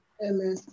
Amen